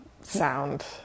sound